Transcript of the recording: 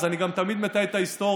ואני גם תמיד מתעד את ההיסטוריה.